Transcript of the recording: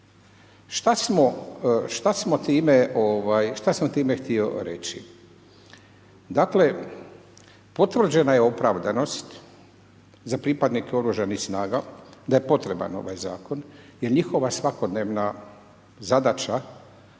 Šta sam time htio reći? Dakle, potvrđena je opravdanost za pripadnike OS-a da je potreban ovaj zakon jer njihova svakodnevna zadaća